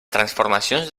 transformacions